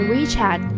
WeChat